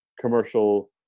commercial